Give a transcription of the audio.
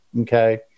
okay